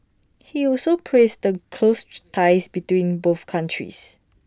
he also praised the close ties between both countries